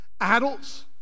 Adults